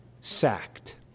sacked